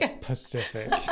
Pacific